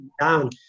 down